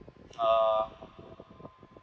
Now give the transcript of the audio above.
uh